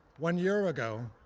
one year ago,